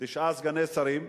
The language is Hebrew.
תשעה סגני שרים,